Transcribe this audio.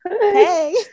Hey